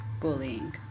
bullying